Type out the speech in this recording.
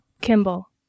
Kimball